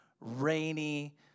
rainy